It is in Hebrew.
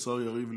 השר יריב לוין.